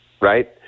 right